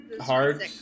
Hard